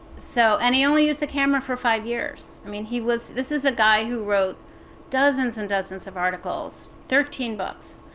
so and he only used the camera for five years. i mean, he was this is a guy who wrote dozens and dozens of articles, thirteen books,